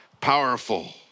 powerful